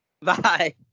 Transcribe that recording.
Bye